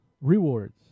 Rewards